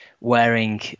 wearing